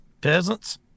peasants